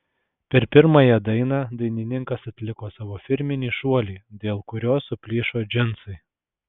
per pirmąją dainą dainininkas atliko savo firminį šuolį dėl kurio suplyšo džinsai